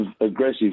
aggressive